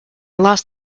lost